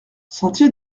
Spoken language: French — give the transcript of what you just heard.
sentier